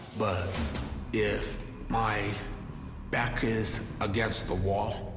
but if my back is against the wall,